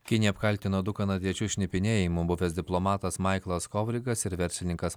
kinija apkaltino du kanadiečius šnipinėjimu buvęs diplomatas maiklas kovrigas michael kovrig ir verslininkas